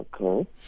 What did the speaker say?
Okay